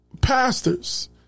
pastors